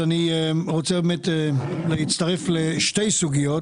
אני רוצה להצטרף לשתי סוגיות,